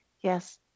Yes